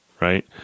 right